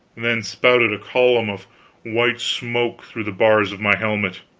then spouted a column of white smoke through the bars of my helmet.